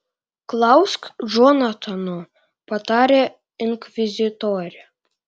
klausk džonatano patarė inkvizitorė